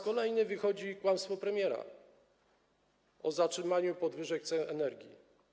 Kolejny raz wychodzi kłamstwo premiera o zatrzymaniu podwyżek cen energii.